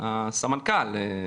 הסמנכ"ל,